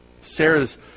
Sarah's